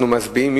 אנחנו מצביעים.